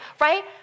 right